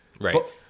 right